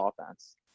offense